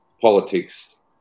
politics